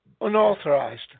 Unauthorized